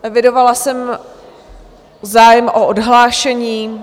Evidovala jsem zájem o odhlášení.